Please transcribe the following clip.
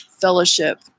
fellowship